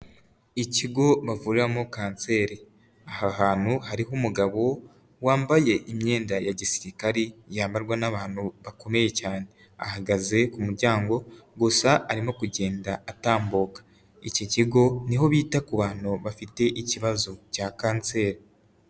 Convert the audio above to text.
Ikigo bavuriramo kanseri. Aha hantu hariho umugabo wambaye imyenda ya gisirikare, yambarwa n'abantu bakomeye cyane. Ahagaze ku muryango, gusa arimo kugenda atambuka. Iki kigo ni ho bita ku bantu bafite ikibazo cya kanseri.